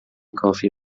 کافی